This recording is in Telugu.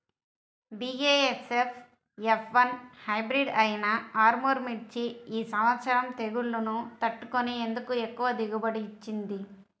బీ.ఏ.ఎస్.ఎఫ్ ఎఫ్ వన్ హైబ్రిడ్ అయినా ఆర్ముర్ మిర్చి ఈ సంవత్సరం తెగుళ్లును తట్టుకొని ఎందుకు ఎక్కువ దిగుబడి ఇచ్చింది?